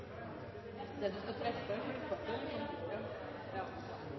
et stort digitaliseringsarbeid. Det skal